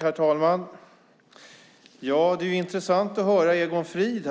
Herr talman! Det är intressant att höra Egon Frid.